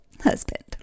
husband